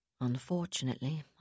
Unfortunately